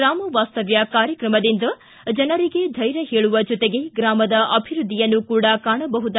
ಗ್ರಾಮ ವಾಸ್ತವ್ಯ ಕಾರ್ಯಕ್ರಮದಿಂದ ಜನರಿಗೆ ಧೈರ್ಯ ಹೇಳುವ ಜೊತೆಗೆ ಗ್ರಾಮದ ಅಭಿವ್ಯದ್ದಿಯನ್ನು ಕೂಡ ಕಾಣಬಹುದು